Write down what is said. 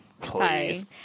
Please